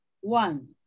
One